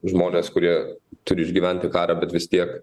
žmonės kurie turi išgyventi karą bet vis tiek